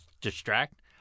distract